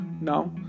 Now